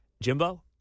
Jimbo